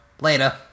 Later